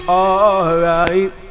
alright